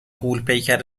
غولپیکر